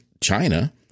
China